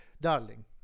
darling